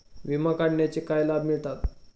विमा काढण्याचे काय लाभ मिळतात?